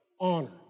honor